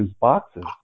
boxes